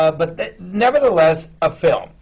ah but nevertheless, a film.